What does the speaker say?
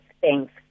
Thanks